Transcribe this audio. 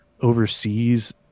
overseas